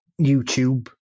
YouTube